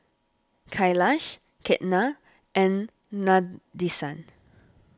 Kailash Ketna and Nadesan